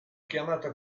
chiamata